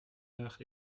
heure